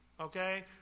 Okay